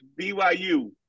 BYU